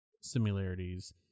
similarities